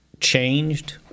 changed